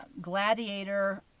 Gladiator